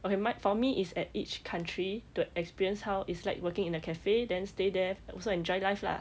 okay my for me is at each country to experience how it's like working in a cafe then stay there also enjoy life lah